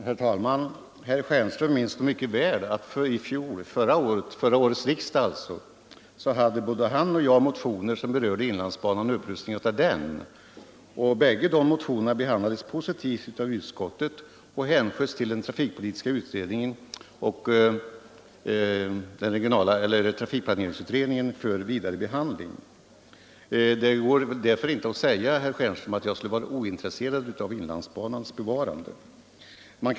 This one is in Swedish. Herr talman! Herr Stjernström minns nog mycket väl att vid förra årets riksdag hade både han och jag motioner som gällde upprustning av inlandsbanan. Bägge dessa motioner behandlades positivt av utskottet och hänsköts till den trafikpolitiska utredningen och trafikplaneringsutredningen för vidare behandling. Det går därför inte att säga, herr Stjernström, att jag skulle vara ointresserad av inlandsbanans bevarande.